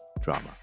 drama